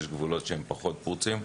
יש גבולות שהם פחות פרוצים.